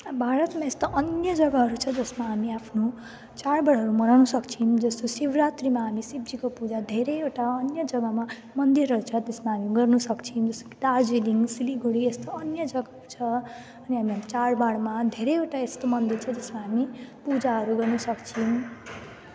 अब भारतमा यस्ता अन्य जग्गाहरू छ जसमा हामी आफ्नो चाडबाडहरू मनाउन सक्छौँ जस्तो शिवरात्रीमा हामी शिवजीको पूजा धेरैवटा अन्य जग्गामा मन्दिरहरू छ त्यसमा हामी गर्नुसक्छौँ जस्तो कि दार्जिलिङ सिलगढी यस्तो अन्य जग्गा छ अनि हामी चाडबाडमा धेरैवटा यस्तो मन्दिर छ त्यसमा हामी पूजाहरू गर्नु सक्छौँ